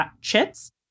chits